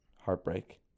Heartbreak